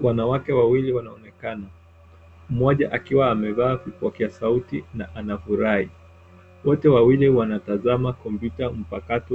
Wanawake wawili wanaonekana. Mmoja akiwa amevaa vipokea sauti na anafurahi. Wote wawili wanatazama kompyuta mpakata